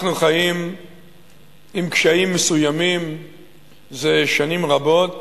אנחנו חיים עם קשיים מסוימים זה שנים רבות